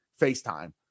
facetime